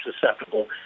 susceptible